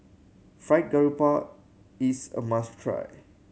Fried Garoupa is a must try